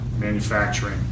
manufacturing